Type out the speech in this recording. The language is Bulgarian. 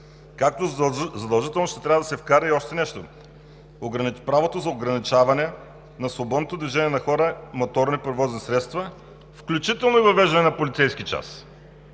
като задължително ще трябва да се вкара и още нещо – правото за ограничаване на свободното движение на хора, моторни превозни средства, включително и въвеждане на полицейски час,